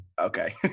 okay